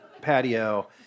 patio